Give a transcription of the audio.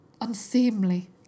unseemly